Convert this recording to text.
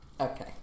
Okay